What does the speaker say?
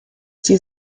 sie